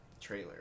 trailer